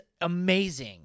amazing